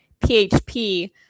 PHP